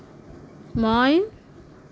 মই